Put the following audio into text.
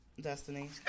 destiny